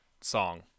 song